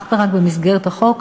אך ורק במסגרת החוק,